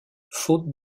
faute